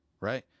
right